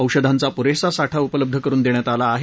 औषधांचा पुरेसा साठा उपलब्ध करुन देण्यात आला आहे